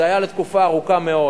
זה היה לתקופה ארוכה מאוד,